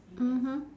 mmhmm